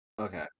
Okay